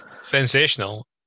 Sensational